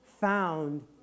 found